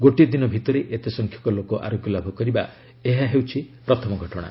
ଗୋଟିଏ ଦିନ ଭିତରେ ଏତେ ସଂଖ୍ୟକ ଲୋକ ଆରୋଗ୍ୟ ଲାଭ କରିବା ଏହା ହେଉଛି ପ୍ରଥମ ଘଟଣା